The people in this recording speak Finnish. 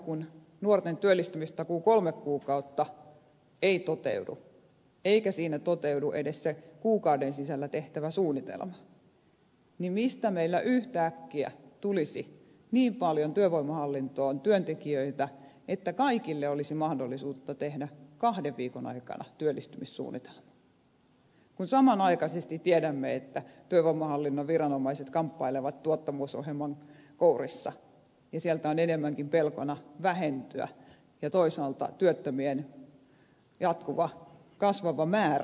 kun nuorten työllistymistakuu kolme kuukautta ei toteudu eikä siinä toteudu edes se kuukauden sisällä tehtävä suunnitelma niin mistä meillä yhtäkkiä tulisi niin paljon työvoimahallintoon työntekijöitä että kaikille olisi mahdollisuutta tehdä kahden viikon aikana työllistymissuunnitelma kun samanaikaisesti tiedämme että työvoimahallinnon viranomaiset kamppailevat tuottavuusohjelman kourissa ja sieltä on enemmänkin pelkona vähentyä ja toisaalta työttömien jatkuva kasvava määrä aiheuttaa lisäpaineita